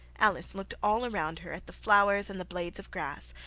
alice looked all round her at the flowers and the blades of grass,